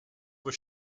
was